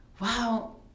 Wow